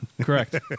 Correct